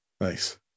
nice